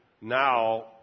now